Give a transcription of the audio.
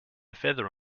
feather